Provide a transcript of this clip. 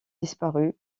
disparu